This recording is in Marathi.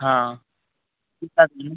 हां तुटतात की